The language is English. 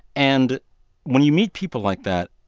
and when you meet people like that,